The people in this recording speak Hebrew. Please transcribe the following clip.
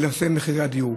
נושא מחירי הדיור.